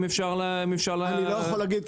אם אפשר --- אני לא יכול להגיד,